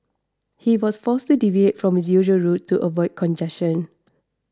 he was forced to deviate from his usual route to avoid congestion